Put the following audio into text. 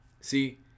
See